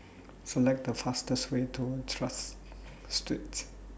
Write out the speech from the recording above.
Select The fastest Way to Tras Streets